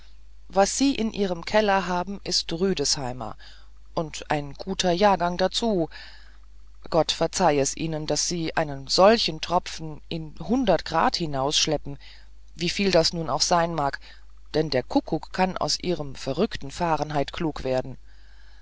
was sie in ihrem keller haben ist rüdesheimer und ein guter jahrgang dazu gott verzeih es ihnen daß sie einen solchen tropfen in hundert grad hinausschleppen wieviel das nun auch sein mag denn der kuckuck kann aus ihrem verrückten fahrenheit klug werden